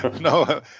no